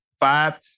five